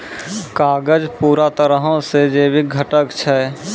कागज पूरा तरहो से जैविक घटक छै